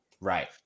right